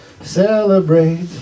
celebrate